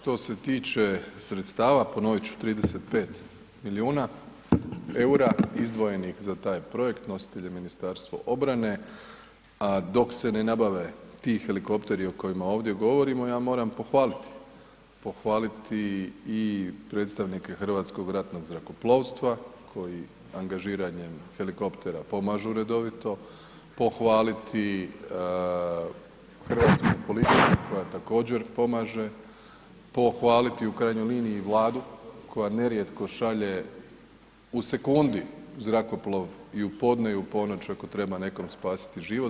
Što se tiče sredstava, ponovit ću 35 milijuna eura izdvojenih za taj projekt, nositelj je Ministarstvo obrane, a dok se ne nabave ti helikopteri o kojima ovdje govorimo ja moram pohvaliti predstavnike Hrvatskog ratnog zrakoplovstva koji angažiranjem helikoptera pomažu redovito, pohvaliti Hrvatsku policiju koja također pomaže, pohvaliti u krajnjoj liniji Vladu koja nerijetko šalje u sekundi zrakoplov i u podne i u ponoć ako treba nekom spasiti život.